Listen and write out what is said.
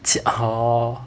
好 lor